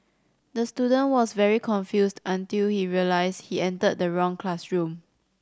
the student was very confused until he realised he entered the wrong classroom